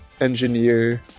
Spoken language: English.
engineer